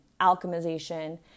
alchemization